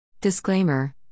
Disclaimer